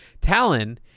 Talon